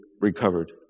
recovered